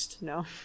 No